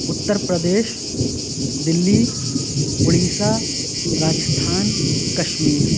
Uttar Pradesh Delhi Orissa Rajasthan Kashmir